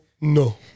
no